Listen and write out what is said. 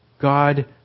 God